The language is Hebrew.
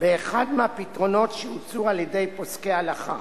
באחד מהפתרונות שהוצעו על-ידי פוסקי הלכה.